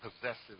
possessive